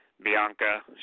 Bianca